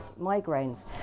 migraines